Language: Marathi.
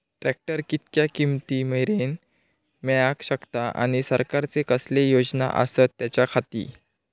ट्रॅक्टर कितक्या किमती मरेन मेळाक शकता आनी सरकारचे कसले योजना आसत त्याच्याखाती?